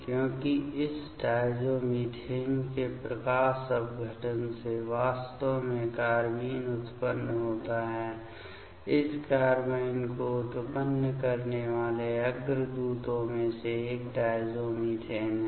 क्योंकि इस डायजोमीथेन के प्रकाश अपघटन से वास्तव में कार्बीन उत्पन्न होता है इस कार्बाइन को उत्पन्न करने वाले अग्रदूतों में से एक डायज़ोमीथेन है